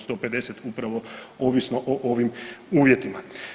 150 upravo ovisno o ovim uvjetima.